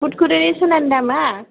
फुलकुरि सनानि दामा